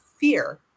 Fear